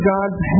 God's